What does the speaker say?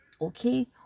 okay